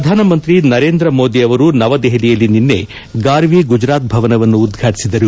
ಪ್ರಧಾನ ಮಂತ್ರಿ ನರೇಂದ್ರ ಮೋದಿ ಅವರು ನವದೆಹಲಿಯಲ್ಲಿ ನಿನ್ನೆ ಗಾರ್ವಿ ಗುಜರಾತ್ ಭವನವನ್ನು ಉದ್ಘಾಟಿಸಿದರು